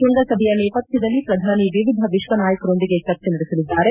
ಕೃಂಗಸಭೆಯ ನೇಪಥ್ಣದಲ್ಲಿ ಪ್ರಧಾನಿ ವಿವಿಧ ವಿಶ್ವ ನಾಯಕರೊಂದಿಗೆ ಚರ್ಚೆ ನಡೆಲಿದ್ದಾರೆ